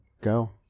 go